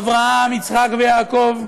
אברהם, יצחק ויעקב,